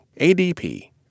ADP